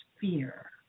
fear